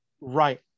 Right